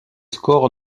scores